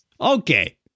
Okay